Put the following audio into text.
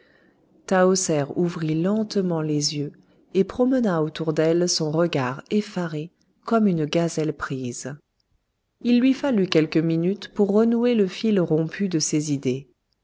tahoser ouvrit lentement les yeux et promena autour d'elle son regard effaré comme une gazelle prise il lui fallut quelques minutes pour renouer le fil rompu de ses idées